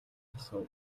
асуув